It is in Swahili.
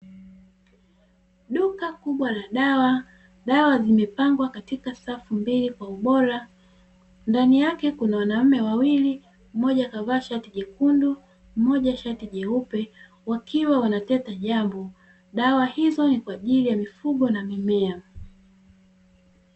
Duka kubwa la dawa, dawa zimepangwa katika safu mbili kwa ubora, ndani yake kuna wanaume wawili, mmoja kavaa shati jekundu mmoja shati jeupe wakiwa wanateta jambo. Dawa hizo ni kwa ajili ya mifugo na mimea.